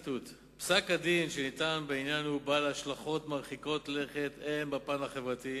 פסק-הדין שניתן בעניין הוא בעל השלכות מרחיקות לכת הן בפן החברתי,